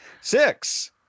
six